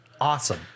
Awesome